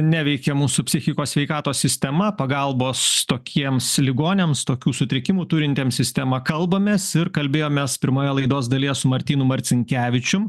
neveikia mūsų psichikos sveikatos sistema pagalbos tokiems ligoniams tokių sutrikimų turintiems sistema kalbamės ir kalbėjomės pirmoje laidos dalyje su martynu marcinkevičium